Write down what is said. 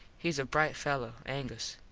hes a brite fello, angus,